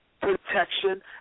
protection